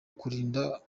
kurinda